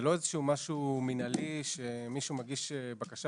זה לא משהו מינהלי שמישהו מגיש בקשה